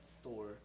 store